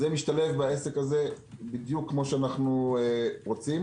זה משתלב בעסק הזה בדיוק כמו שאנו רוצים.